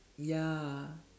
ya